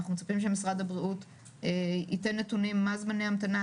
אנחנו מצפים שמשרד הבריאות ייתן נתונים מה זמני ההמתנה.